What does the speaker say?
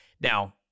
now